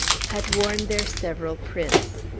had worn their several prints!